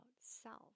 self